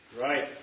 Right